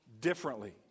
differently